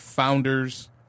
Founders